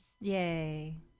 yay